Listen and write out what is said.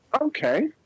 okay